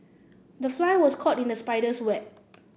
the fly was caught in the spider's web